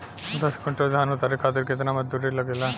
दस क्विंटल धान उतारे खातिर कितना मजदूरी लगे ला?